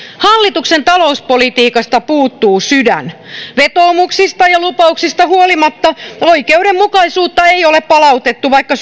hallituksen talouspolitiikasta puuttuu sydän vetoomuksista ja lupauksista huolimatta oikeudenmukaisuutta ei ole palautettu vaikka